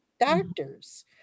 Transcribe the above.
doctors